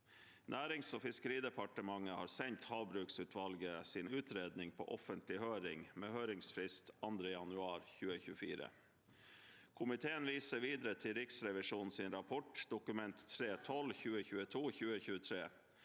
Nærings- og fiskeridepartementet har sendt havbruksutvalgets utredning på offentlig høring, med høringsfrist 2. januar 2024. Videre viser komiteen til Riksrevisjonens rapport Dokument 3:12 for 2022–2023,